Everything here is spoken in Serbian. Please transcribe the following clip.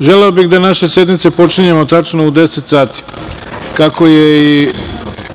želeo bih da naše sednice počinjemo tačno u 10.00 časova, kako je i